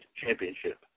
Championship